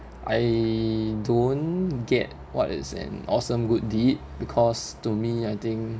I don't get what is an awesome good deed because to me I think